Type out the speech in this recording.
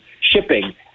shipping